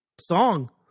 song